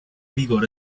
vigor